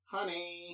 Honey